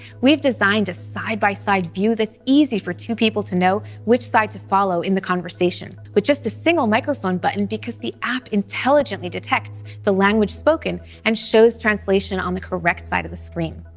we've designed a side by side view that's easy for two people to know which side to follow in the conversation with just a single microphone button because the app intelligently detects the language spoken and shows translation on the correct side of the screen.